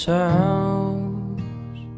house